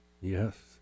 yes